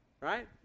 Right